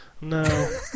No